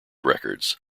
records